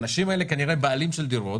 האנשים האלה הם כנראה הבעלים של הדירות